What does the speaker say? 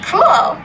Cool